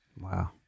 Wow